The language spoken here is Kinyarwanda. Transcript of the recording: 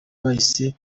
bahise